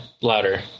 louder